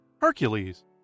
Hercules